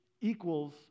equals